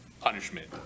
punishment